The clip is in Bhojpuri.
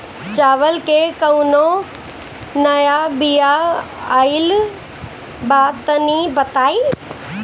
चावल के कउनो नया बिया आइल बा तनि बताइ?